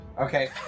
Okay